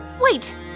Wait